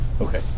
Okay